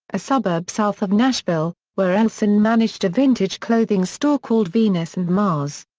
a suburb south of nashville, where elson managed a vintage clothing store called venus and mars.